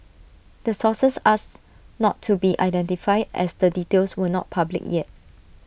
the sources asked not to be identified as the details were not public yet